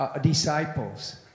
disciples